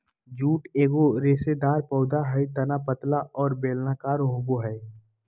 jute एगो रेशेदार पौधा हइ तना पतला और बेलनाकार होबो हइ